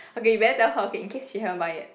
okay you better tell her okay in case she haven't buy yet